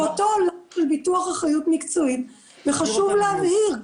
אותו עולם של ביטוח אחריות מקצועית וחשוב להבהיר,